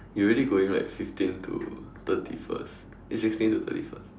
you really going back fifteen to thirty first eh sixteen to thirty first